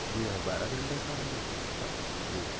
جی ہاں بارہ گھنٹے کا ہے نا سفر جی